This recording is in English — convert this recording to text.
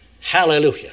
Hallelujah